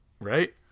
Right